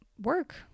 work